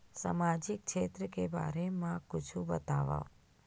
सामाजिक क्षेत्र के बारे मा कुछु बतावव?